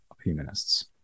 humanists